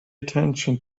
attention